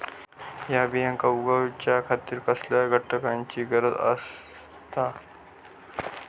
हया बियांक उगौच्या खातिर कसल्या घटकांची गरज आसता?